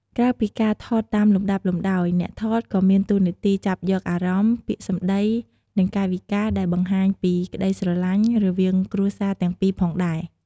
ក្រៅពីការថតតាមលំដាប់លំដោយ អ្នកថតក៏មានតួនាទីចាប់យកអារម្មណ៍ ពាក្យសំដី និងកាយវិការដែលបង្ហាញពីក្តីស្រឡាញ់រវាងគ្រួសារទាំងពីរផងដែរ។